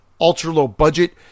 ultra-low-budget